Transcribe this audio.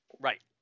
Right